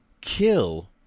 kill